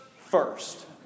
first